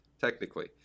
technically